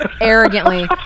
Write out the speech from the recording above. Arrogantly